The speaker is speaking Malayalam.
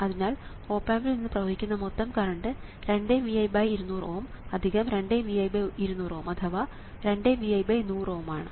അതിനാൽ ഓപ് ആമ്പിൽ നിന്ന് പ്രവഹിക്കുന്ന മൊത്തം കറണ്ട് 2×Vi200 Ω 2×Vi200 Ω അഥവാ 2×Vi100 Ω ആണ്